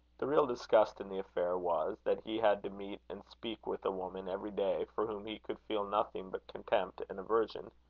the real disgust in the affair was, that he had to meet and speak with a woman every day, for whom he could feel nothing but contempt and aversion.